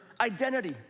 identity